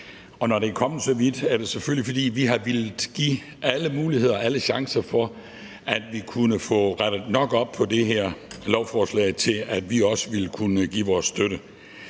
og når det er kommet så vidt, er det selvfølgelig, fordi vi har villet give alle muligheder og alle chancer for, at vi kunne få rettet nok op på det her lovforslag til, at vi også ville kunne give vores støtte.